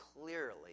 clearly